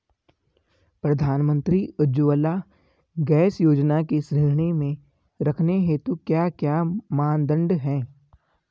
प्रधानमंत्री उज्जवला गैस योजना की श्रेणी में रखने हेतु क्या क्या मानदंड है?